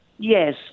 Yes